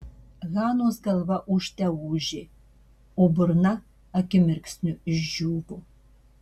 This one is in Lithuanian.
hanos galva ūžte ūžė o burna akimirksniu išdžiūvo